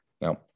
Now